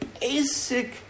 basic